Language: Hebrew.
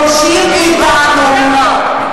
דורשים מאתנו,